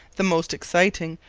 the most exciting,